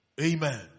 Amen